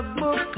book